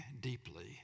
deeply